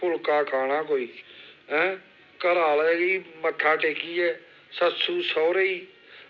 फुलका खाना कोई ऐं घरा आह्ले गी मत्था टेकियै सस्सू सौह्रे गी